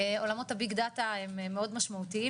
עולמות ה- BIG DATA הם מאוד משמעותיים,